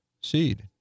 seed